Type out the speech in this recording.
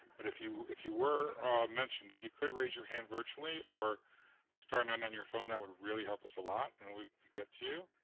but if you if you were mentioned, if you could raise your hand virtually or star nine on your phone, that would really help us a lot, and we could get to you.